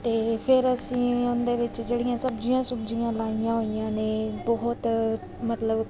ਅਤੇ ਫਿਰ ਅਸੀਂ ਉਹਦੇ ਵਿੱਚ ਜਿਹੜੀਆਂ ਸਬਜ਼ੀਆਂ ਸੁਬਜ਼ੀਆਂ ਲਾਈਆਂ ਹੋਈਆਂ ਨੇ ਬਹੁਤ ਮਤਲਬ